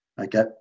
Okay